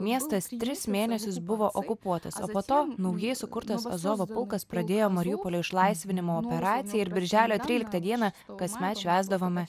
miestas tris mėnesius buvo okupuotas o po to naujai sukurtas azovo pulkas pradėjo mariupolio išlaisvinimo operaciją ir birželio tryliktą dieną kasmet švęsdavome